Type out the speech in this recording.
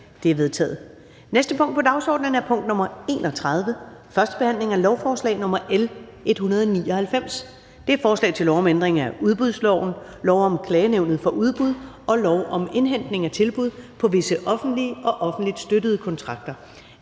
Det er vedtaget. --- Det næste punkt på dagsordenen er: 31) 1. behandling af lovforslag nr. L 199: Forslag til lov om ændring af udbudsloven, lov om Klagenævnet for Udbud og lov om indhentning af tilbud på visse offentlige og offentligt støttede kontrakter.